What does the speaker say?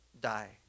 die